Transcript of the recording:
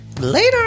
later